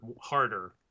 harder